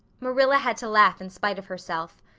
marilla had to laugh in spite of herself.